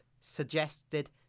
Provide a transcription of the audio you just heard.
suggested